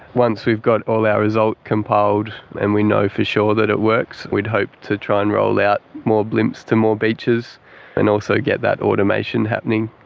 once we've got all our results compiled and we know for sure that it works, we would hope to try and roll out more blimps to more beaches and also get that automation happening.